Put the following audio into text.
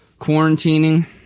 quarantining